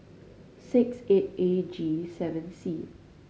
six eight A G seven C